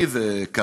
לי זה קרה,